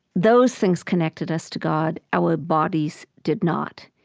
those things connected us to god our bodies did not.